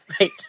Right